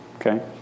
Okay